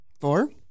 Four